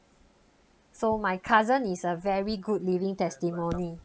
so my cousin is a very good living testimony